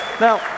Now